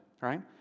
Right